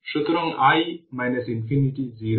সুইচটি t 0 এ বন্ধ হয়ে গেছে